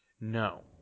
No